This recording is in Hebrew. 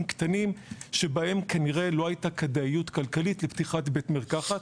קטנים שבהם כנראה לא הייתה כדאיות כלכלית לפתיחת בית מרקחת,